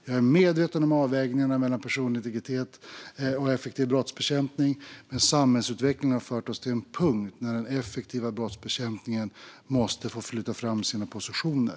Jag är medveten om avvägningarna mellan personlig integritet och effektiv brottsbekämpning, men samhällsutvecklingen har fört oss till en punkt där den effektiva brottsbekämpningen måste få flytta fram sina positioner.